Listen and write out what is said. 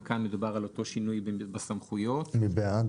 מי בעד?